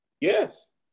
Yes